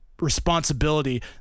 responsibility